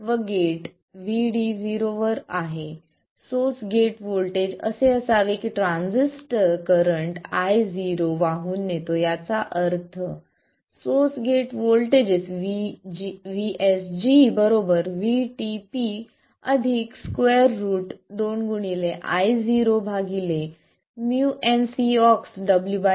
व gate VD0 वर आहे सोर्स गेट व्होल्टेज असे असावे की ट्रान्झिस्टर करंट Io वाहून नेतो याचा अर्थ source gate voltages VSG VTP 2 2 Io µnCox W L